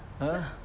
!huh!